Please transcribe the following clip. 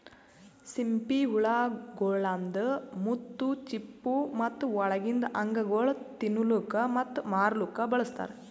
ಸಿಂಪಿ ಹುಳ ಗೊಳ್ದಾಂದ್ ಮುತ್ತು, ಚಿಪ್ಪು ಮತ್ತ ಒಳಗಿಂದ್ ಅಂಗಗೊಳ್ ತಿನ್ನಲುಕ್ ಮತ್ತ ಮಾರ್ಲೂಕ್ ಬಳಸ್ತಾರ್